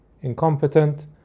incompetent